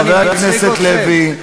חבר הכנסת לוי.